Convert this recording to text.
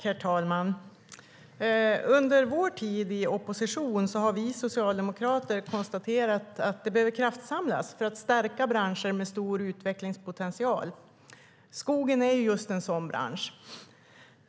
Herr talman! Under vår tid i opposition har vi socialdemokrater konstaterat att det behöver kraftsamlas för att stärka branscher med stor utvecklingspotential. Skogen är en sådan bransch.